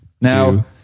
Now